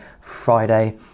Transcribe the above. Friday